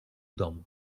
dom